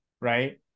right